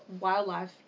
Wildlife